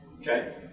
Okay